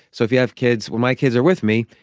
so if you have kids. when my kids are with me,